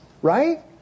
Right